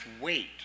wait